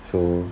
so